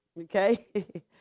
Okay